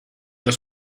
was